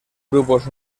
grupos